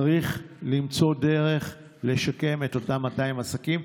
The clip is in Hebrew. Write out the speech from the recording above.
צריך למצוא דרך לשקם את אותם 200 עסקים.